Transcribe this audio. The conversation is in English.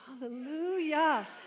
hallelujah